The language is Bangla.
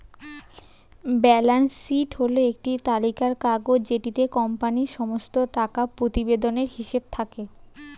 ব্যালান্স শীট হল একটি তালিকার কাগজ যেটিতে কোম্পানির সমস্ত টাকা প্রতিবেদনের হিসেব থাকে